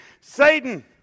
Satan